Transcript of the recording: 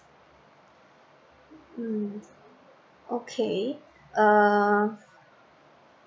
mm okay uh